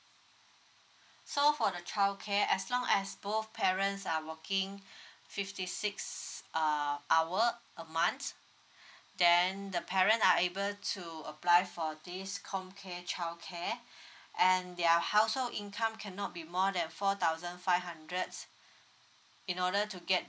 so for the childcare as long as both parents are working fifty six uh hour per month then the parent are able to apply for this com care childcare and their household income cannot be more than four thousand five hundreds in order to get